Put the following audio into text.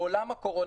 בעולם הקורונה,